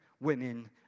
women